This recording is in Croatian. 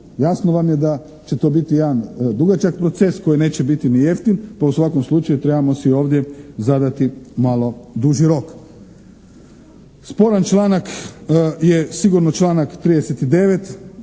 Jasno vam je da će to biti jedan dugačak proces, koji neće biti ni jeftin, pa u svakom slučaju trebamo si ovdje zadati malo duži rok. Sporan članak je sigurno članak 39.